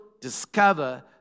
discover